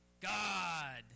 God